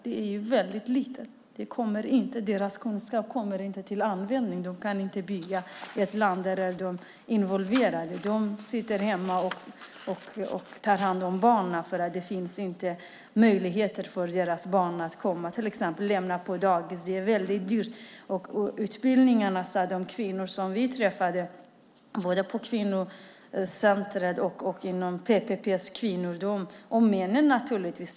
Det är väldigt lite. Deras kunskap kommer inte till användning. De kan inte bygga ett land där de är involverade. De sitter hemma och tar hand om barnen, för det finns inte möjligheter för dem att lämna sina barn på dagis; det är väldigt dyrt. Utbildningarna är dyra, sade de kvinnor som vi träffade, både på kvinnocentret och inom PPP. Männen sade samma sak.